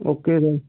okay then